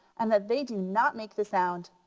and that they do not make the sound